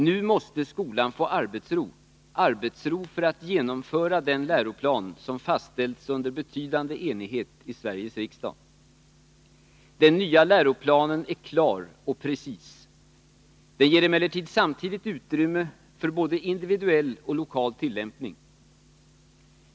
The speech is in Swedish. Nu måste skolan få arbetsro — arbetsro för att man skall kunna genomföra den läroplan som fastställts under betydande enighet i Sveriges riksdag. Den nya läroplanen är klar och precis. Den ger emellertid samtidigt utrymme för både individuell och lokal tillämpning.